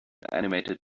animated